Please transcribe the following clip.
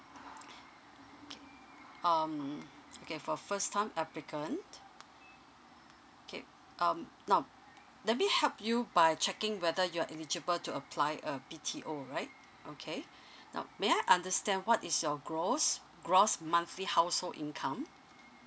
okay um okay for first time applicant okay um now let me help you by checking whether you're eligible to apply uh B_T_O right okay now may I understand what is your gross gross monthly household income